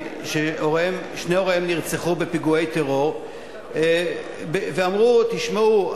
ששני הוריהם נרצחו בפיגועי טרור ואמרו: תשמעו,